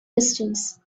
distance